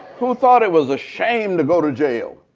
who thought it was a shame to go to jail.